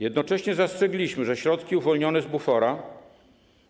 Jednocześnie zastrzegliśmy, że środki uwolnione z bufora